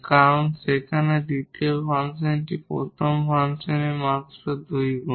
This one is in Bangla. কারণ সেখানে দ্বিতীয় ফাংশনটি প্রথম ফাংশনের মাত্র 2 গুণ